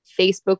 Facebook